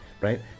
right